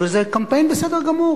זה קמפיין בסדר גמור,